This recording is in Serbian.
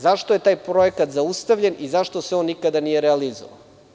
Zašto je taj projekat zaustavljen i zašto se on nikada nije realizovao?